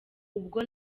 ubwo